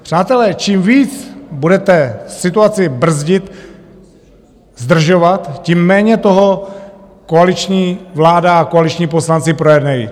Přátelé, čím víc budete situaci brzdit, zdržovat, tím méně toho koaliční vláda a koaliční poslanci projednají.